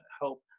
help